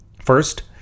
First